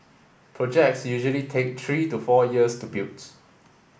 projects usually take three to four years to build